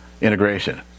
integration